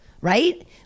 right